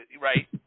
right